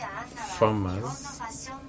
farmers